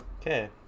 Okay